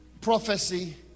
prophecy